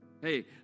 Hey